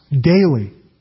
daily